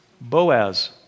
Boaz